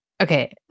Okay